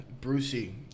Brucey